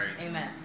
Amen